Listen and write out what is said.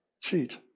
cheat